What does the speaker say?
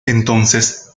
entonces